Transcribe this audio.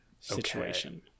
situation